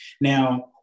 now